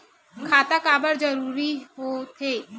खाता काबर जरूरी हो थे?